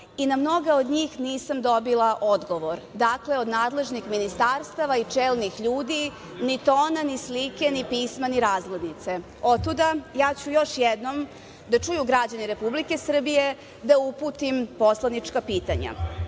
i na mnoga od njih nisam dobila odgovor. Dakle, od nadležnih ministarstava i čelnih ljudi ni tona, ni slike, ni pisma, ni razglednice. Otuda, ja ću još jednom da čuju građani Republike Srbije da uputim poslanička pitanja,